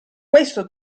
questo